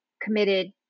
committed